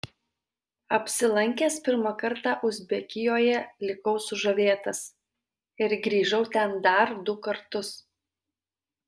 apsilankęs pirmą kartą uzbekijoje likau sužavėtas ir grįžau ten dar du kartus